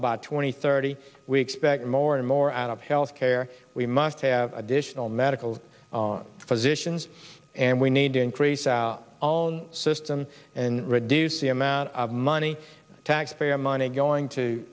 double bought twenty thirty we expect more and more out of health care we must have additional medical physicians and we need to increase our own system and reduce the amount of money taxpayer money going to